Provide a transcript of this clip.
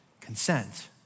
consent